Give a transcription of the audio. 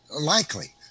Likely